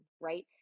right